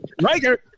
Riker